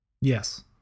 Yes